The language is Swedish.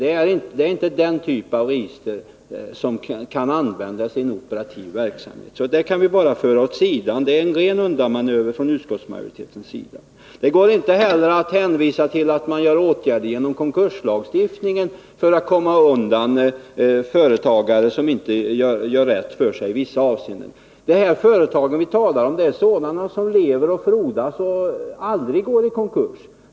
Det är inte den typen av register som kan användas i en operativ verksamhet. Den möjligheten kan vi alltså bara föra åt sidan. Det är på den punkten fråga om en ren undanmanöver från utskottsmajoriteten. Det går heller inte att hänvisa till åtgärder med stöd av konkurslagstiftningen för att komma åt företagare som inte gör rätt för sig i vissa avseenden. De företag som vi talar om lever och frodas och går aldrig i konkurs.